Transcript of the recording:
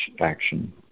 action